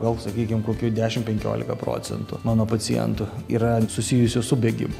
gal sakykime kokių dešimt penkiolika procentų mano pacientų yra susijusios su bėgimu